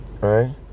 right